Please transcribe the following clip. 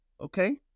okay